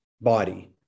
body